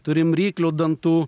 turim ryklio dantų